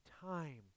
time